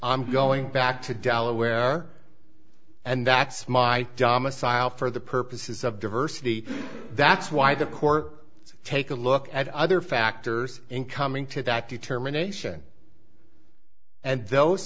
i'm going back to delaware and that's my job messiah for the purposes of diversity that's why the court take a look at other factors in coming to that determination and those